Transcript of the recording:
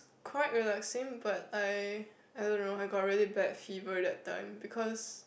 quite relaxing but I I don't know I got really bad fever that time because